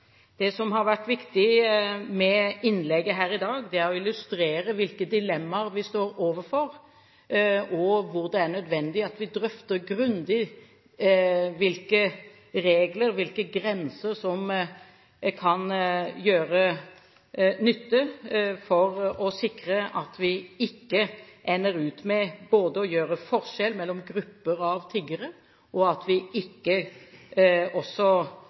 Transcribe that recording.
Det som har vært viktig med innlegget her i dag, er å illustrere hvilke dilemmaer vi står overfor, og at det er nødvendig at vi på en grundig måte drøfter hvilke regler og grenser som kan gjøre nytte for å sikre at vi ikke ender opp med å gjøre forskjell på grupper av tiggere, og gir inntrykk av at det er en kriminalitet knyttet til tigging som ikke